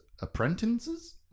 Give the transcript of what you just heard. Apprentices